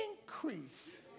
increase